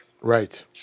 Right